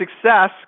success